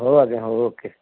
ହଉ ଆଜ୍ଞା ହଉ ଓକେ